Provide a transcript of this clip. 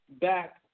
back